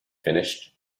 finished